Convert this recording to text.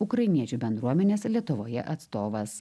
ukrainiečių bendruomenės lietuvoje atstovas